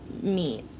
meet